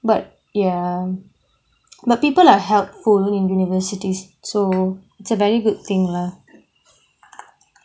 but ya but people are helpful in universities so it's a very good thing lah